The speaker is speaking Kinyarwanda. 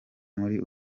muri